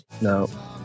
No